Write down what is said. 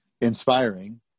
inspiring